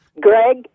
Greg